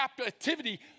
captivity